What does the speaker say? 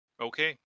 Okay